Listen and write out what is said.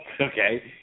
okay